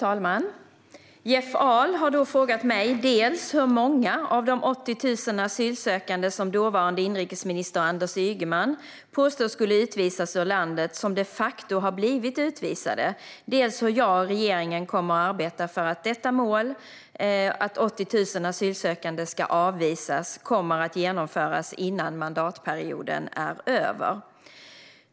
Svar på interpellation Fru talman! har frågat mig dels hur många av de 80 000 asylsökande som dåvarande inrikesminister Anders Ygeman påstod skulle utvisas ur landet som de facto har blivit utvisade, dels hur jag och regeringen kommer att arbeta för att detta mål, att 80 000 asylsökande ska avvisas, kommer att genomföras innan mandatperioden är över.